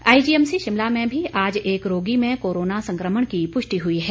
IGMC Shimla में भी आज एक रोगी में कोरोना संक्रमण की पुष्टि हुई है